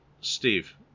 steve